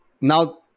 now